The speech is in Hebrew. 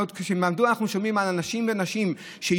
מדוע אנחנו שומעים על אנשים ועל נשים שיום-יום,